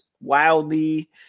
wildly